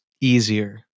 easier